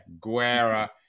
Guerra